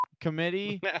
committee